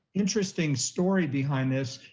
interesting story behind this,